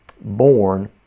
born